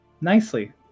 nicely